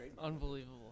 Unbelievable